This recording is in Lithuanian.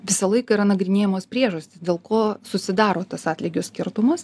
visą laiką yra nagrinėjamos priežastys dėl ko susidaro tas atlygio skirtumas